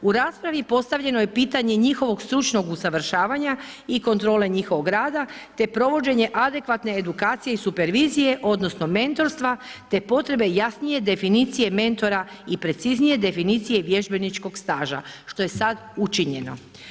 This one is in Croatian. U raspravi postavljeno je pitanje njihovog stručnog usavršavanja i kontrole njihovog rada, te provođenje adekvatne edukacije i supervizije i mentorstva, te potrebe jasnije definicije mentora i preciznije definicije vježbeničkog staža što je sad učinjeno.